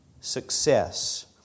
success